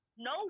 no